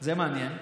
זה מעניין,